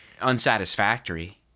unsatisfactory